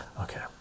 Okay